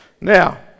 Now